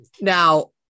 Now